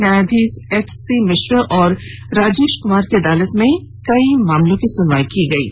न्यायाधीश एचसी मिश्र और राजेश कुमार की अदालत में कई मामलों की सुनवाई की गई है